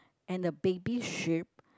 and the baby sheep